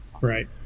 Right